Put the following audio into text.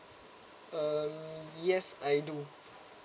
um yes I do